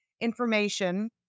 information